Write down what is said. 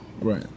Right